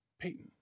Peyton